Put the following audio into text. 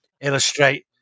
illustrate